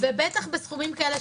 ובטח בסכומים כאלה,